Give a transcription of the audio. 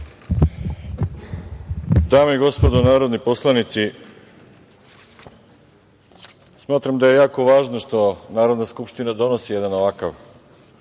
Dame i gospodo narodni poslanici, smatram da je jako važno što Narodna skupština donosi jedan ovakav,